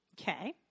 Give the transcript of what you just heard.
Okay